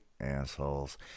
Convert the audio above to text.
assholes